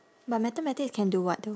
but mathematics can do what though